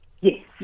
Yes